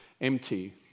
empty